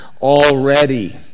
already